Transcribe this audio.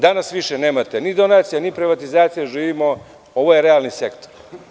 Danas više nemate ni donacija, ni privatizacije, ovo je realni sektor.